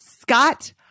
Scott